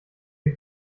sie